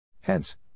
Hence